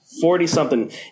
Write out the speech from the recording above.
Forty-something